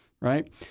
right